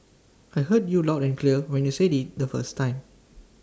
I heard you loud and clear when you said IT the first time